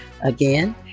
Again